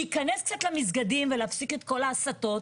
להיכנס קצת למסגדים ולהפסיק את כל ההסתות